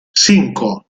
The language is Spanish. cinco